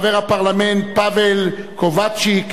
חבר הפרלמנט פאבל קובאטצ'יק,